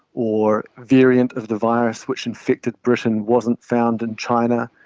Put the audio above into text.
or variant of the virus which infected britain wasn't found in china.